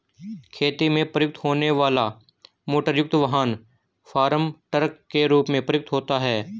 खेती में प्रयुक्त होने वाला मोटरयुक्त वाहन फार्म ट्रक के रूप में प्रयुक्त होता है